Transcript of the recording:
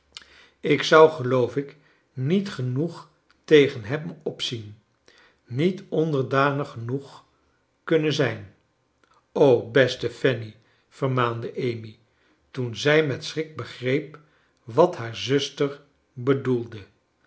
ik zou geloof ik niet genoeg tegen hem opzien niet onderdanig genoeg kunnein zijn beste fanny vermaande amy toen zij met schrik begreep wat haar zuster bedoelde